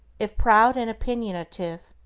if proud and opinionative,